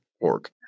org